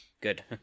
good